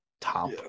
top